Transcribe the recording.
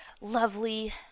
lovely